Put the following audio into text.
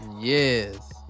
Yes